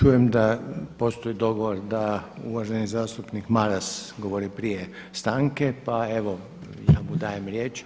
Čujem da postoji dogovor da uvaženi zastupnik Maras govori prije stanke pa evo ja mu dam riječ.